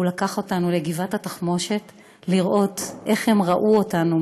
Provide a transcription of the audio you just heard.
הוא לקח אותנו לגבעת התחמושת לראות איך הם ראו אותנו,